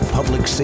Public